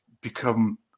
become